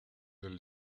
del